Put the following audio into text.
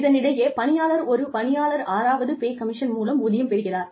இதனிடையே பணியாளர் ஒரு பணியாளர் ஆறாவது பே கமிஷன் மூலம் ஊதியம் பெறுகிறார்